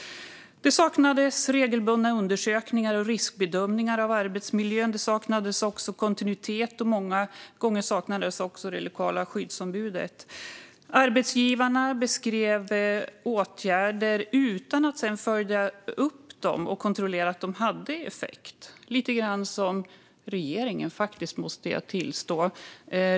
Det saknades regelbundna undersökningar och riskbedömningar av arbetsmiljön. Det saknades också kontinuitet, och många gånger saknades också ett lokalt skyddsombud. Arbetsgivarna vidtog åtgärder utan att sedan följa upp dem och kontrollera att de hade effekt - lite grann som regeringen, måste jag säga.